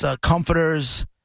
comforters